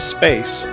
space